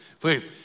please